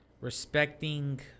respecting